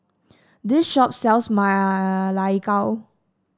this shop sells Ma Lai Gao